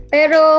Pero